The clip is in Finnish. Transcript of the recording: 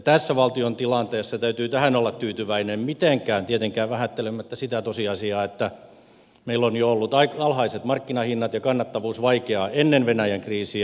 tässä valtion tilanteessa täytyy tähän olla tyytyväinen mitenkään tietenkään vähättelemättä sitä tosiasiaa että meillä on ollut alhaiset markkinahinnat ja kannattavuus vaikeaa jo ennen venäjän kriisiä